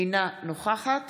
אינה נוכחת